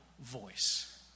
voice